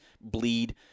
bleed